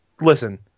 Listen